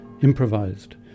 Improvised